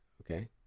Okay